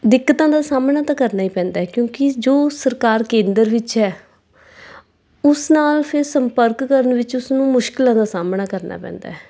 ਦਿੱਕਤਾਂ ਦਾ ਸਾਹਮਣਾ ਤਾਂ ਕਰਨਾ ਹੀ ਪੈਂਦਾ ਕਿਉਂਕਿ ਜੋ ਸਰਕਾਰ ਕੇਂਦਰ ਵਿੱਚ ਹੈ ਉਸ ਨਾਲ ਫਿਰ ਸੰਪਰਕ ਕਰਨ ਵਿੱਚ ਉਸਨੂੰ ਮੁਸ਼ਕਿਲਾਂ ਦਾ ਸਾਹਮਣਾ ਕਰਨਾ ਪੈਂਦਾ